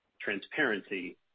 transparency